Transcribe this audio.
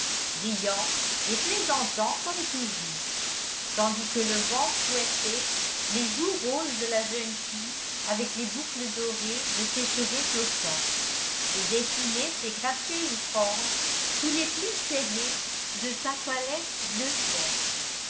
riant et plaisantant comme toujours tandis que le vent fouettait les joues roses de la jeune fille avec les boucles dorées de ses cheveux flottants et dessinait ses gracieuses formes sous les plis serrés de sa toilette